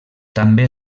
també